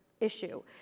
Issue